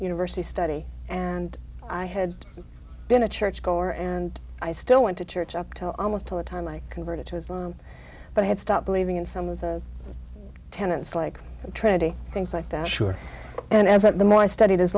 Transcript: university study and i had been a churchgoer and i still went to church up to almost to the time i converted to islam but i had stopped believing in some of the tenets like trinity things like that sure and that the more i studied